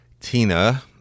Tina